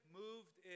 moved